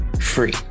free